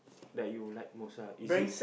that you like most ah is it